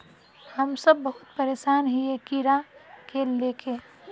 हम सब बहुत परेशान हिये कीड़ा के ले के?